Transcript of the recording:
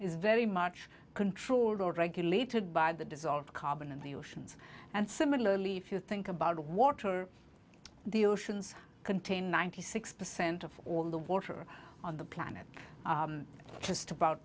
is very much controlled or regulated by the dissolved carbon in the oceans and similarly if you think about the water the oceans contain ninety six percent of all the water on the planet just about